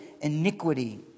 iniquity